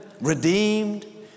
redeemed